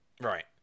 Right